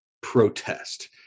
protest